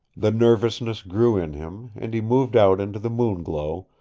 the nervousness grew in him, and he moved out into the moon-glow,